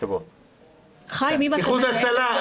איחוד הצלה,